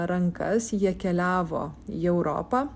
rankas jie keliavo į europą